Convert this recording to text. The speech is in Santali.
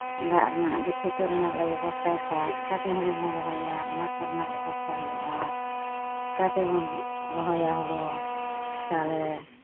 ᱫᱟᱜ ᱨᱮᱱᱟᱜ ᱜᱟᱪᱷᱤ ᱛᱩᱫ ᱨᱮᱱᱟᱜ ᱞᱮ ᱵᱮᱵᱚᱥᱛᱟᱭ ᱠᱷᱟᱱ ᱪᱤᱠᱟᱹᱛᱮ ᱦᱩᱲᱩ ᱵᱚᱱ ᱨᱚᱦᱚᱭᱟ ᱚᱱᱟ ᱠᱚ ᱨᱮᱱᱟᱜ ᱵᱮᱵᱚᱥᱛᱟᱭ ᱦᱩᱭᱩᱜᱼᱟ ᱪᱤᱠᱟᱹᱛᱮ ᱵᱚᱱ ᱨᱚᱦᱚᱭᱟ ᱦᱩᱲᱩ ᱛᱟᱦᱚᱞᱮ